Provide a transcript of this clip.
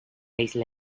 isla